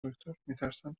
دکتر، میترسم